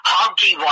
Honky